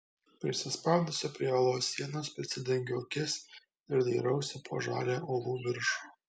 prisispaudusi prie uolos sienos prisidengiu akis ir dairausi po žalią uolų viršų